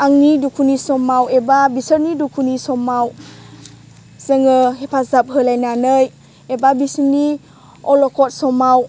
आंनि दुखुनि समाव एबा बिसोरनि दुखुनि समाव जोङो हेफाजाब होलायनानै एबा बिसोरनि अलखद समाव